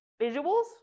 visuals